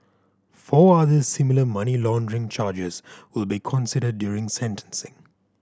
four other similar money laundering charges will be considered during sentencing